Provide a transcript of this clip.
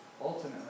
ultimately